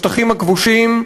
בשטחים הכבושים,